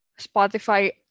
Spotify